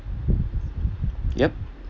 yup